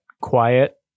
quiet